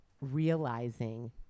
realizing